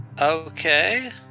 okay